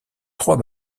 trois